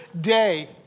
day